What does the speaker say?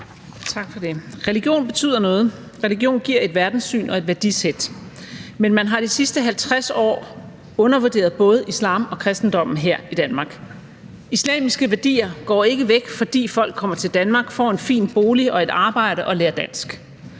Tak for det. Religion betyder noget. Religion giver et verdenssyn og et værdisæt. Men man har de sidste 50 år undervurderet både islam og kristendommen her i Danmark. Islamiske værdier går ikke væk, fordi folk kommer til Danmark, får en fin bolig og et arbejde og lærer dansk.